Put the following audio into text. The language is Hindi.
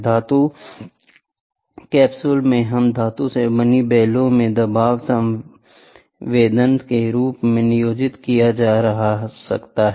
धातु कैप्सूल में हम धातु से बनी बेलो में दबाव संवेदन के रूप में नियोजित की जा सकती है